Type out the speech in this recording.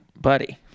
buddy